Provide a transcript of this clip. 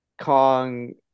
Kong